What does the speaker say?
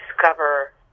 discover